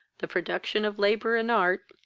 the production of labour and art,